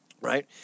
Right